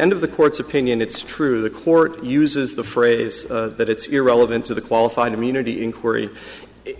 end of the court's opinion it's true the court uses the phrase that it's irrelevant to the qualified immunity inquiry